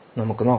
നമുക്ക് നോക്കാം